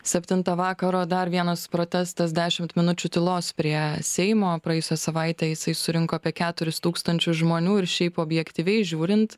septintą vakaro dar vienas protestas dešimt minučių tylos prie seimo praėjusią savaitę jisai surinko apie keturis tūkstančius žmonių ir šiaip objektyviai žiūrint